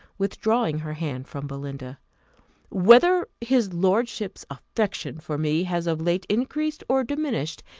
withdrawing her hand from belinda whether his lordship's affection for me has of late increased or diminished,